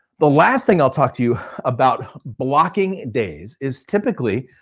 the last thing i'll talk to you about blocking days is typically,